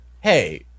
hey